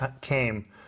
came